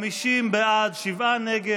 50 בעד, שבעה נגד.